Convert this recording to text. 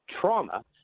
trauma